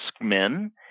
men